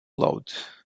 load